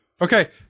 Okay